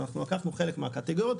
אנחנו לקחנו חלק מהקטגוריות.